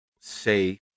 say